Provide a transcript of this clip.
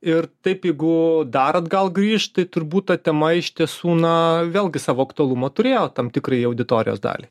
ir taip jeigu dar atgal grįžt tai turbūt ta tema iš tiesų na vėlgi savo aktualumo turėjo tam tikrai auditorijos daliai